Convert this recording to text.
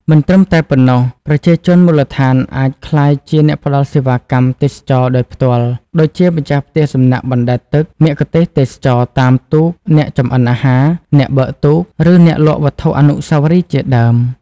មិនត្រឹមតែប៉ុណ្ណោះ ប្រជាជនមូលដ្ឋានអាចក្លាយជាអ្នកផ្ដល់សេវាកម្មទេសចរណ៍ដោយផ្ទាល់ ដូចជាម្ចាស់ផ្ទះសំណាក់បណ្ដែតទឹក មគ្គុទ្ទេសក៍ទេសចរណ៍តាមទូក អ្នកចម្អិនអាហារ អ្នកបើកទូក ឬអ្នកលក់វត្ថុអនុស្សាវរីយ៍ជាដើម។